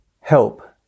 Help